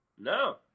No